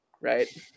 right